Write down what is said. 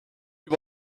you